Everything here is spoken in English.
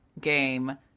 game